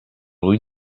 rue